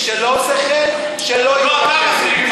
מי שלא עושה כן, שלא יהיה כאן.